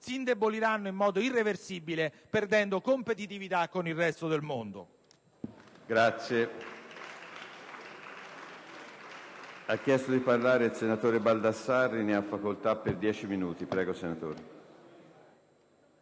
si indeboliranno in modo irreversibile, perdendo competitività con il resto del mondo.